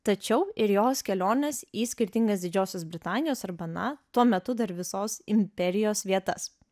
tačiau ir jos keliones į skirtingas didžiosios britanijos arba na tuo metu dar visos imperijos vietas